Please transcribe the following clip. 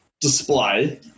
display